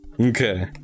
Okay